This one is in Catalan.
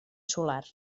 solar